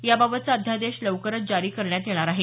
याबाबतचा अध्यादेश लवकरच जारी करण्यात येणार आहे